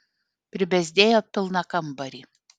pribezdėjo pilną kambarį